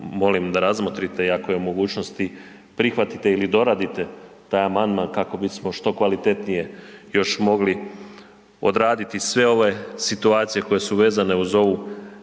molim da razmotrite i ako je u mogućnosti prihvatite ili doradite taj amandman kako bismo što kvalitetnije još mogli odraditi sve situacije koje su vezane uz ovu